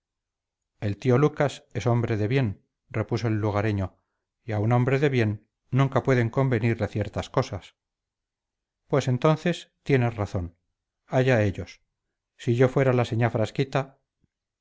el tío lucas es hombre de bien repuso el lugareño y a un hombre de bien nunca pueden convenirle ciertas cosas pues entonces tienes razón allá ellos si yo fuera la señá frasquita